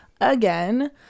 again